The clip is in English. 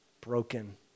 broken